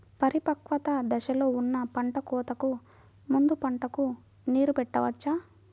పరిపక్వత దశలో ఉన్న పంట కోతకు ముందు పంటకు నీరు పెట్టవచ్చా?